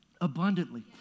abundantly